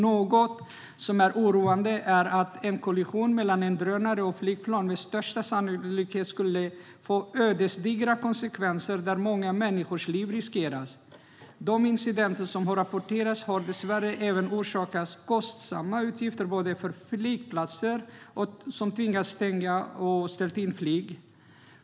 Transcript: Något som är oroande är att en kollision mellan en drönare och ett flygplan med största sannolikhet skulle få ödesdigra konsekvenser där många människors liv riskeras. De incidenter som har rapporterats har dessvärre även orsakat kostsamma utgifter när flygplatser tvingats stänga och flyg har ställts in.